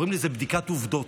קוראים לו בדיקת עובדות,